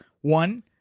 one